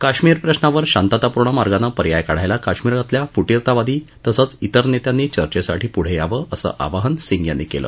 काश्मिर प्रशावर शांतता पूर्ण मार्गानं पर्याय काढायला काश्मिरातल्या फुटीरतावादी तसंच इतर नेत्यांनी चर्चेसाठी पुढे यावं असं आवाहन सिंग यांनी केलं